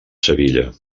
sevilla